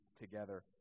together